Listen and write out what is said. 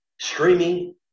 Streaming